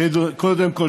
קודם כול,